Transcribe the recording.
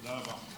תודה רבה.